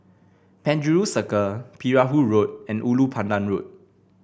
Penjuru Circle Perahu Road and Ulu Pandan Road